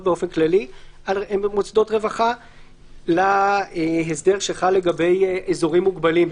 באופן כללי על מוסדות רווחה להסדר שחל לגבי אזורים מוגבלים,